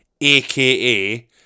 AKA